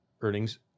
earnings